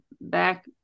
back